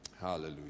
Hallelujah